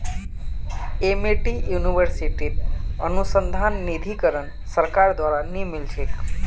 Amity यूनिवर्सिटीत अनुसंधान निधीकरण सरकार द्वारा नइ मिल छेक